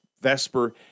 vesper